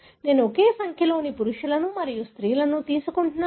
నేను ఒకే సంఖ్యలో పురుషులు మరియు స్త్రీలను తీసుకుంటున్నాను